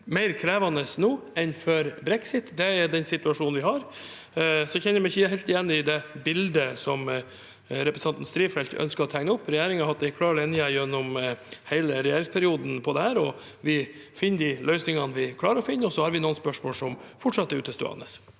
mer krevende nå enn før brexit. Det er den situasjonen vi har, så jeg kjenner meg ikke helt igjen i det bildet representanten Strifeldt ønsker å tegne. Re gjeringen har hatt en klar linje på dette gjennom hele regjeringsperioden. Vi finner de løsningene vi klarer å finne, og så har vi noen spørsmål som fortsatt er utestående.